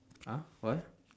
!huh! what